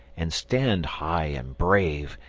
and stand high and brave,